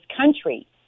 country